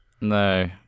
No